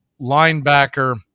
linebacker